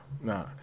nah